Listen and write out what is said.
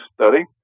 study